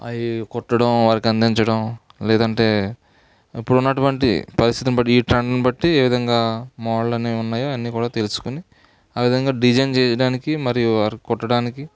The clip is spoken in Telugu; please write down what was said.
అవి కుట్టడం వారికి అందించడం లేదంటే ఇప్పుడున్నటువంటి పరిస్థితిని బట్టి ఈ ట్రెండుని బట్టి ఏ విధంగా మోడళ్ళనేవి ఉన్నాయో అవన్నీ కూడా తెలుసుకుని ఆ విధంగా డిజైన్ చేయడానికి మరియు వారికి కుట్టడానికి